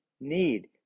need